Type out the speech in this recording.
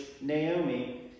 Naomi